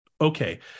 Okay